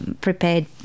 prepared